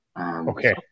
Okay